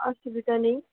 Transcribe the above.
অসুবিধা নেই